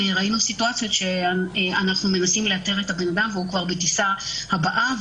סיטואציות שאנחנו מנסים לאתר את הבן אדם והוא כבר בטיסה הבאה.